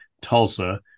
Tulsa